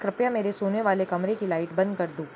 कृप्या मेरे सोने वाले कमरे की लाइट बंद कर दो